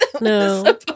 no